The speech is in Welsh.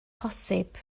posib